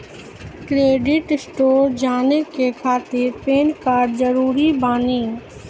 Credit score जाने के खातिर पैन कार्ड जरूरी बानी?